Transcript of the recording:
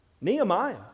Nehemiah